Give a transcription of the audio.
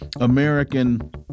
American